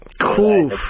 Cool